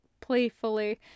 playfully